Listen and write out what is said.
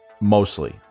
mostly